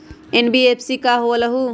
NBFC का होलहु?